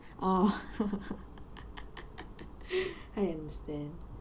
oh I understand